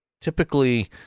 typically